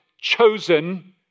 chosen